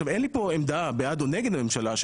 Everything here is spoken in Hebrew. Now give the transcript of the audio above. אין לי כאן עמדה בעד או נגד הממשלה,